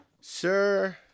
Sir